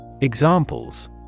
Examples